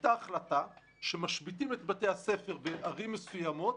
הייתה החלטה שמשביתים את בתי הספר בערים מסוימות,